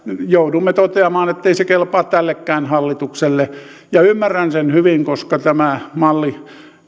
joudumme toteamaan ettei se kelpaa tällekään hallitukselle ja ymmärrän sen hyvin koska tämä malli